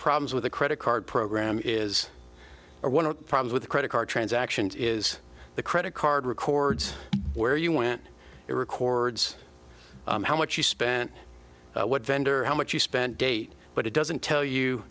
problems with the credit card program is one of the problems with the credit card transactions is the credit card records where you went to records how much you spent what vendor how much you spent date but it doesn't tell you